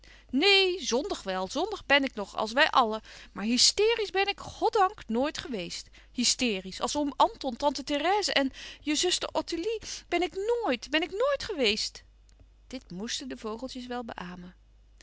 neen zondig wel zondig ben ik nog als wij allen maar hysteriesch ben ik goddank nooit geweest hysteriesch als oom anton tante therèse en je zuster ottilie ben ik nooit ben ik nooit geweest dit moesten de vogeltjes wèl beämen